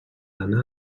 anar